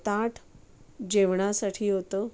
ताट जेवणासाठी होतं